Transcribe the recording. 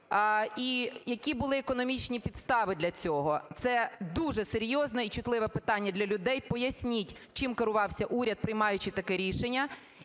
І які були економічні підстави для цього? Це дуже серйозне і чутливе питання для людей. Поясніть, чим керувався уряд, приймаючи таке рішення,